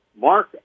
Mark